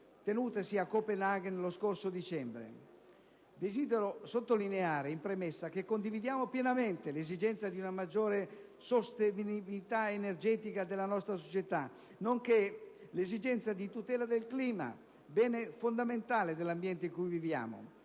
tenutasi a Copenaghen lo scorso dicembre. Desidero sottolineare in premessa che condividiamo pienamente l'esigenza di una maggiore sostenibilità energetica della nostra società, nonché l'esigenza di tutela del clima, bene fondamentale dell'ambiente in cui viviamo.